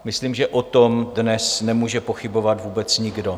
Myslím, že o tom dnes nemůže pochybovat vůbec nikdo.